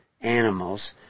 animals